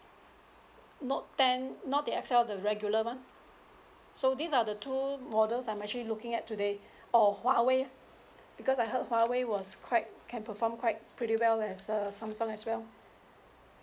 note ten not the X_L the regular one so these are the two models I'm actually looking at today or Huawei because I heard huawei was quite can perform quite pretty well as a Samsung as well